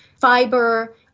fiber